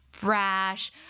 brash